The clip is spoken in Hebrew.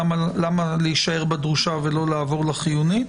למה להישאר בדרושה ולא לעבור לחיונית.